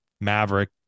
Maverick